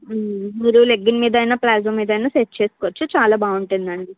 మీరు లెగ్గిన్ మీద అయినా ప్లాజో మీదైనా సెట్ చేసుకోవచ్చు చాలా బాగుంటుందండి